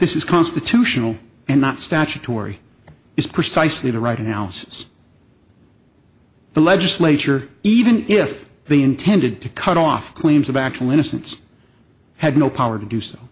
this is constitutional and not statutory is precisely the right analysis the legislature even if they intended to cut off claims of actual innocence have no power to do so